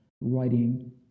writing